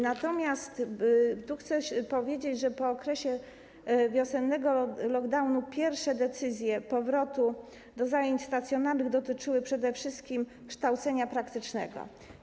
Natomiast chcę powiedzieć, że po okresie wiosennego lockdownu pierwsze decyzje o powrocie do zajęć stacjonarnych dotyczyły przede wszystkim kształcenia praktycznego.